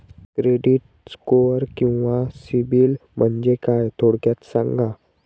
Credit score किंवा CIBIL म्हणजे काय? थोडक्यात सांगा